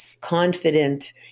confident